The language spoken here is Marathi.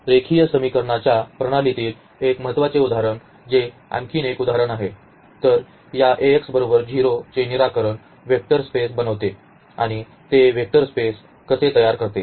तर रेखीय समीकरणांच्या प्रणालीतील एक महत्त्वाचे उदाहरण जे आणखी एक उदाहरण आहे तर या चे निराकरण वेक्टर स्पेस बनवते आणि ते वेक्टर स्पेस कसे तयार करते